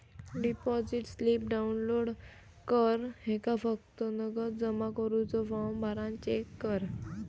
deposit slip download कर ह्येका फक्त नगद जमा करुचो फॉर्म भरान चेक कर